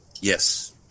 Yes